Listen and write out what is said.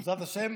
בעזרת השם,